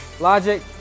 Logic